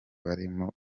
barimo